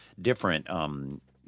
different